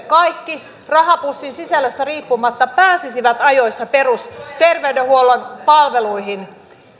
kaikki ihmiset rahapussin sisällöstä riippumatta pääsisivät ajoissa perusterveydenhuollon palveluihin